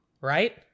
Right